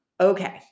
Okay